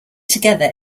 together